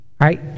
right